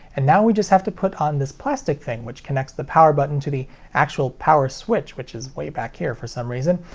and now we just have to put on this plastic thing which connects the power button to the actual power switch, which is way back here for some reason,